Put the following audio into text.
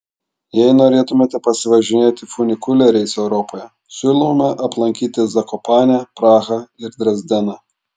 jei norėtumėte pasivažinėti funikulieriais europoje siūlome aplankyti zakopanę prahą ir dresdeną